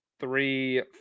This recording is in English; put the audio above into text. Three